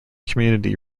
community